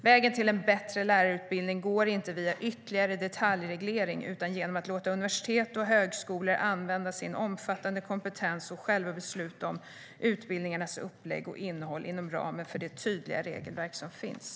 Vägen till en bättre lärarutbildning går inte via ytterligare detaljreglering utan genom att låta universitet och högskolor använda sin omfattande kompetens och själva besluta om utbildningarnas upplägg och innehåll inom ramen för det tydliga regelverk som finns.